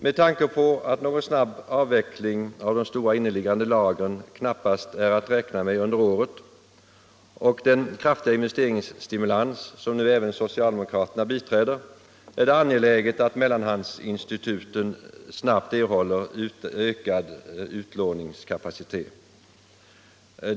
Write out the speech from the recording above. Med tanke på att någon snabb avveckling av de stora inneliggande lagren knappast är att räkna med under året och den kraftigare investeringsstimulans som nu även socialdemokraterna biträder är det angeläget att mellanhandsinstituten snabbt erhåller ökad utlåningskapacitet.